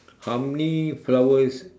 how many flowers